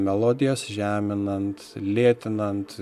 melodijas žeminant lėtinant